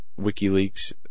wikileaks